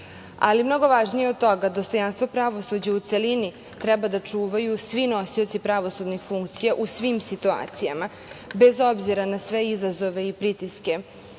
Ali, mnogo važnije od toga, dostojanstvo pravosuđa u celini treba da čuvaju svi nosioci pravosudnih funkcija u svim situacijama, bez obzira na izazove i pritiske